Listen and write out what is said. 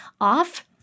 off